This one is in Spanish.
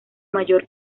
mayor